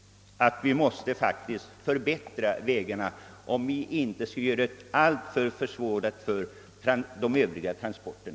Vi måste verkligen förbättra vägarna, om vi inte alltför mycket skall försvåra den övriga trafiken.